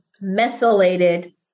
methylated